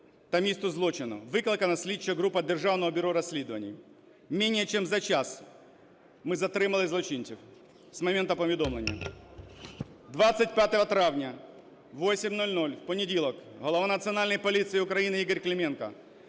та місця злочину. Викликана слідча група Державного бюро розслідування. Менее чем за час ми затримали злочинців з моменту повідомлення. 25 травня о 8:00 в понеділок голова Національної поліції України Ігор Клименко